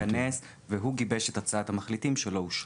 והוא גיבש את הצעת המחליטים שלא אושרה.